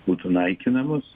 būtų naikinamos